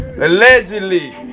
Allegedly